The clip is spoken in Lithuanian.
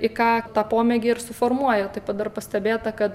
į ką tą pomėgį ir suformuoja taip pat dar pastebėta kad